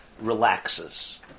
relaxes